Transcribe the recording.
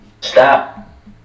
Stop